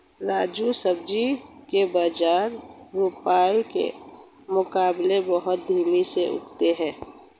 राजू सब्जी के बीज रोपाई के मुकाबले बहुत धीमी गति से उगते हैं